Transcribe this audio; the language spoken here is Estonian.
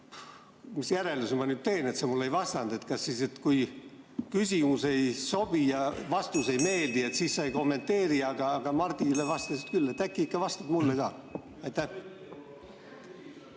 Mis järelduse ma nüüd teen sellest, et sa mulle ei vastanud? Kas siis, kui küsimus ei sobi ja vastus ei meeldi, sa ei kommenteeri? Aga Martinile vastasid küll? Äkki ikka vastad mulle ka? Aitäh!